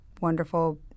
wonderful